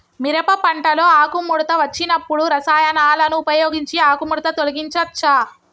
మిరప పంటలో ఆకుముడత వచ్చినప్పుడు రసాయనాలను ఉపయోగించి ఆకుముడత తొలగించచ్చా?